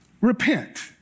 Repent